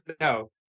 No